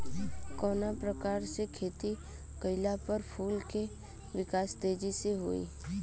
कवना प्रकार से खेती कइला पर फूल के विकास तेजी से होयी?